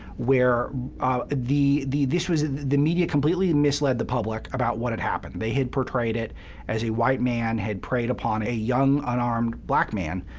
where the the this was the media completely misled the public about what had happened. they had portrayed it as a white man had preyed upon a young, unarmed black man.